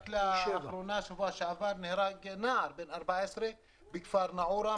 רק בשבוע שעבר נהרג נער בן 14 בכפר נעורה,